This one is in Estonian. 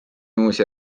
uusi